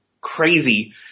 crazy